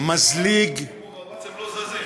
הוא מזליג, אם הוא רבץ, הם לא זזים.